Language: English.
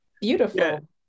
beautiful